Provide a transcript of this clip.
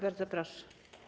Bardzo proszę.